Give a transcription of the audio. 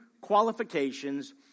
qualifications